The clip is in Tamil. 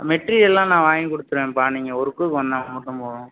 மெட்டீரியல்லாம் நான் வாங்கி கொடுத்துட்றன்பா நீங்கள் ஒர்க்கு வந்தால் மட்டும் போதும்